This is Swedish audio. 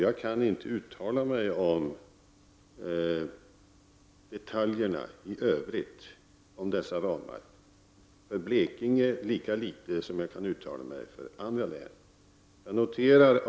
Jag kan inte uttala mig om detaljerna i övrigt när det gäller dessa ramar, lika litet för Blekinge som för andra län.